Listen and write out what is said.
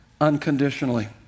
unconditionally